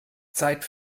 zeit